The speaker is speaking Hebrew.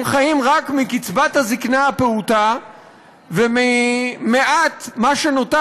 הם חיים רק מקצבת הזיקנה הפעוטה וממעט מה שנותר